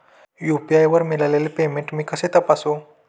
UPI वर मिळालेले payment मी कसे तपासू?